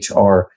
HR